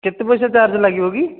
କେତେ ପଇସା ଚାର୍ଜ୍ ଲାଗିବ କି